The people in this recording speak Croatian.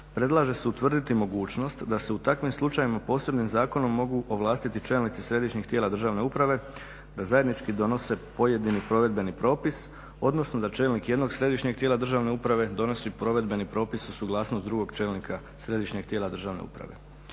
predlaže se utvrditi mogućnost da se u takvim slučajevima posebnim zakonom mogu ovlastiti čelnici središnjih tijela državne uprave da zajednički donose pojedini provedbeni propis odnosno da čelnik jednog središnjeg tijela državne uprave donosi provedbeni propis uz suglasnost drugog čelnika, središnjeg tijela državne uprave.